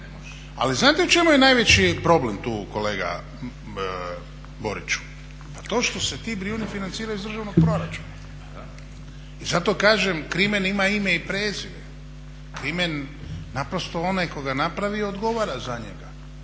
Ali znate u čemu je najveći problem tu kolega Boriću? Pa to što se ti Brijuni financiraju iz državnog proračuna. I zato kažem krimen ima ime i prezime. Krimen, naprosto onaj tko ga napravi odgovara na njega.